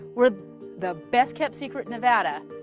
we're the best-kept secret in nevada,